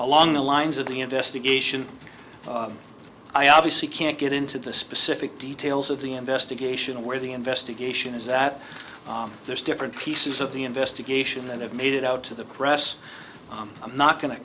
along the lines of the investigation i obviously can't get into the specific details of the investigation where the investigation is that there's different pieces of the investigation that have made it out to the press i'm not go